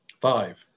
Five